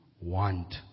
want